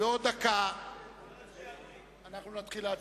בעוד דקה אנחנו נתחיל להצביע.